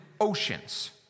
oceans